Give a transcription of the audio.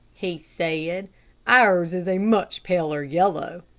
he said ours is a much paler yellow,